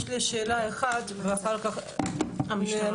יש לי שאלה אחת ואחר כך המשטרה,